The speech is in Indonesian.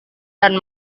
dan